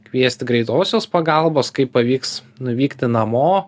kviesti greitosios pagalbos kaip pavyks nuvykti namo